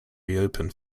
reopen